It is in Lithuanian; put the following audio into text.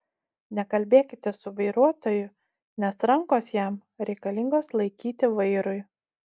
nekalbėkite su vairuotoju nes rankos jam reikalingos laikyti vairui